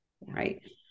right